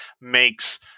makes